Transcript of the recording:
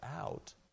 out